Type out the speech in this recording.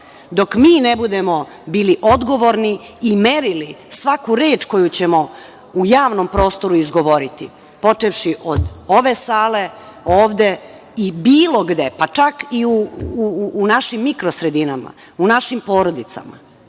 dok mi ne budemo bili odgovorni i merili svaku reč koju ćemo u javnom prostoru izgovoriti, počevši od ove sale ovde i bilo gde, pa čak i u našim mikro sredinama, u našim porodicama,